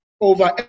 over